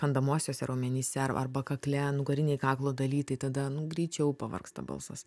kandamuosiuose raumenyse ar arba kakle nugarinėj kaklo daly tai tada nu greičiau pavargsta balsas